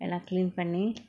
எல்லா:ella clean பன்னி:panni